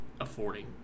affording